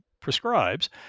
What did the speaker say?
prescribes